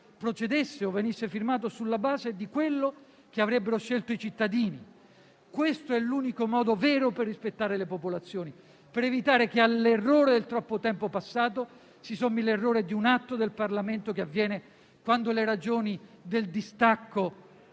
procedesse o venisse fermato sulla base di quello che avrebbero scelto i cittadini. Questo è l'unico modo per rispettare le popolazioni e per evitare che all'errore del troppo tempo passato si sommi l'errore di un atto del Parlamento che avviene quando le ragioni del distacco